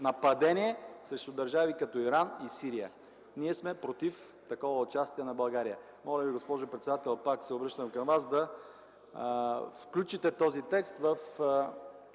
нападение срещу държави като Иран и Сирия. Ние сме против такова участие на България. Госпожо председател, моля Ви, пак се обръщам към Вас, да включите този текст в